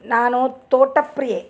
ನಾನು ತೋಟ ಪ್ರಿಯೆ